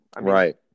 right